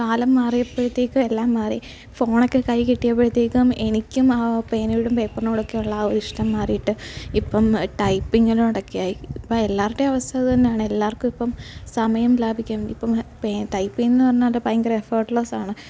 കാലം മാറിയപ്പോഴത്തേക്കുമെല്ലാം മാറി ഫോണൊക്കെ കൈയ്യിൽ കിട്ടിയപ്പോഴത്തേക്കും എനിക്കുമാ പേനയോടും പേപ്പറിനോടൊക്കെയുള്ള ആ ഒരിഷ്ടം മാറിയിട്ട് ഇപ്പം ടൈപ്പിങ്ങിനോടൊക്കെയായി ഇപ്പം എല്ലാവരുടെയും അവസ്ഥ ഇതു തന്നെയാണ് എല്ലാവർക്കും ഇപ്പം സമയം ലാഭിക്കാൻ ഇപ്പം പേ ടൈപ്പിങ്ങെന്നു പറഞ്ഞാൽ ഭയങ്കര എഫേട്ട്ലെസ്സാണ്